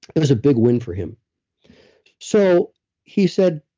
it was a big win for him so he said,